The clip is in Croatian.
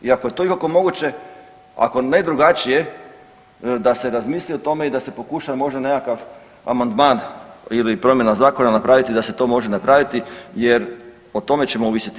I ako je to ikako moguće, ako ne drugačije da se razmisli o tome i da se pokuša možda nekakav amandman ili promjena zakona napraviti da se to može napraviti, jer o tome ćemo ovisiti.